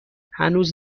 هنوز